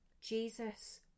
Jesus